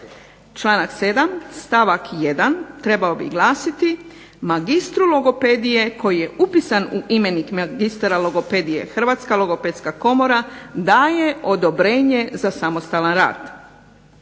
Članak 7. stavak 1. trebao bi glasiti, magistru logopedije koji je upisan u imenik magistra logopedije Hrvatska logopedska komora daje odobrenje za samostalan rad.